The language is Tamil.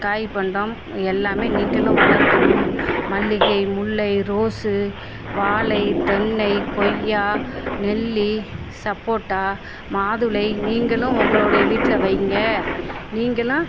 காய் பண்டம் எல்லாமே நீங்களும் வளர்க்கணும் மல்லிகை முல்லை ரோஸு வாழை தென்னை கொய்யா நெல்லி சப்போட்டா மாதுளை நீங்களும் உங்களோடைய வீட்டில் வைங்க நீங்களும்